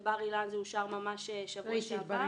בבר אילן זה אושר ממש שבוע שעבר.